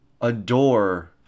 adore